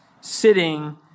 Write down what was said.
sitting